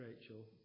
Rachel